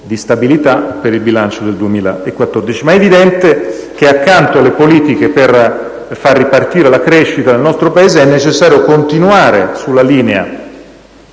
di stabilità per il bilancio 2014. Ma è evidente che, accanto alle politiche per far ripartire la crescita del nostro Paese, è necessario continuare sulla linea